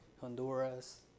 Honduras